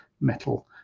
metal